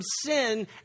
sin